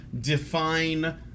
define